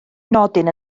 nodyn